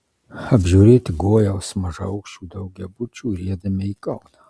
apžiūrėti gojaus mažaaukščių daugiabučių riedame į kauną